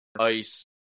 ice